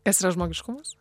kas yra žmogiškumas